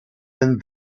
than